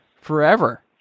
forever